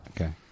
Okay